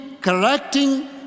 correcting